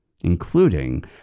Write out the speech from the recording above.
including